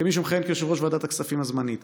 כמי שמכהן כיושב-ראש ועדת הכספים הזמנית: